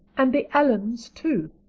and the allans too.